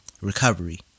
Recovery